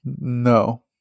no